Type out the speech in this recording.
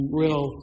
real